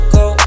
go